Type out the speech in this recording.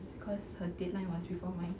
cause her deadline was before mine